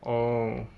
oh